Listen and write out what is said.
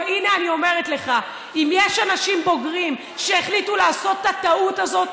והינה אני אומרת לך: אם יש אנשים בוגרים שהחליטו לעשות את הטעות הזאת,